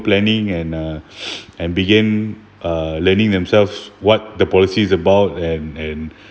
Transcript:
planning and uh and begin uh learning themselves what the policy is about and and